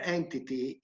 entity